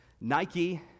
Nike